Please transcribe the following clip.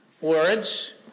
words